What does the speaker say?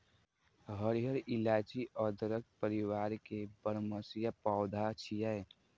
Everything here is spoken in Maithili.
हरियर इलाइची अदरक परिवार के बरमसिया पौधा छियै